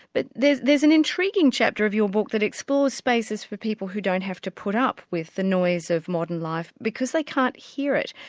but there's there's an intriguing chapter of your book that explores spaces for people who don't have to put up with the noise of modern life because they can't hear it,